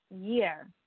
year